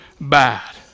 bad